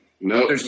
No